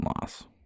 loss